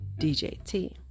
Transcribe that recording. DJT